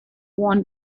want